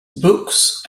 books